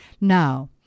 Now